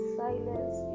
silence